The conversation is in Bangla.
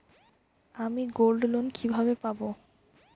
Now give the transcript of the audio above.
আমি গোল্ডলোন কিভাবে পাব?